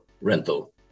rental